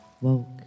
woke